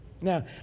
Now